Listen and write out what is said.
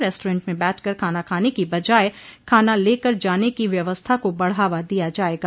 restaurant में बैठकर खाना खाने की बजाय खाना ले कर जाने की व्यवस्था का बढ़ावा दिया जाएगा